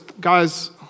guys